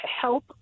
help